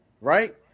Right